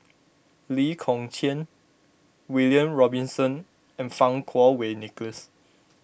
Lee Kong Chian William Robinson and Fang Kuo Wei Nicholas